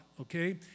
okay